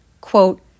Quote